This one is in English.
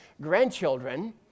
grandchildren